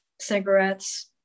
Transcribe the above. cigarettes